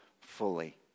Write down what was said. Fully